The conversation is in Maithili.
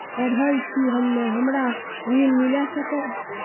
पढल छी हम्मे हमरा ऋण मिल सकई?